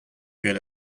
good